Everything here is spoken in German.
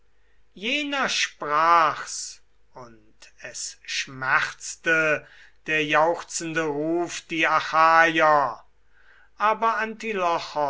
jener sprach's und es schmerzte der jauchzende ruf die achaier aber